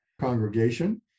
congregation